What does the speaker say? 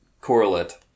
correlate